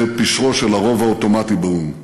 זה פשרו של הרוב האוטומטי באו"ם,